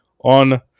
on